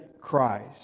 Christ